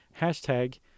Hashtag